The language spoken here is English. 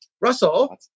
Russell